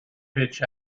pitch